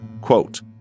Quote